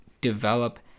develop